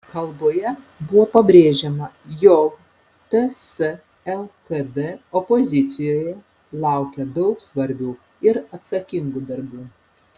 kalboje buvo pabrėžiama jog ts lkd opozicijoje laukia daug svarbių ir atsakingų darbų